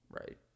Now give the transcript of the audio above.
right